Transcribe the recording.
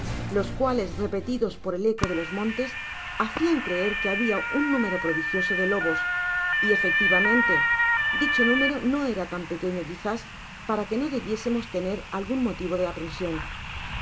los cuales repetidos por el eco de los montes hacían creer que habia un número prodigioso de lobos y efectivamente dicho número no era tan pequeño quizás para que no debiésemos tener algun motivo de aprension